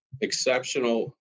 exceptional